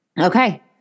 Okay